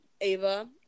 Ava